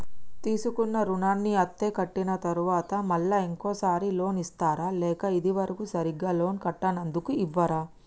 తీసుకున్న రుణాన్ని అత్తే కట్టిన తరువాత మళ్ళా ఇంకో సారి లోన్ ఇస్తారా లేక ఇది వరకు సరిగ్గా లోన్ కట్టనందుకు ఇవ్వరా?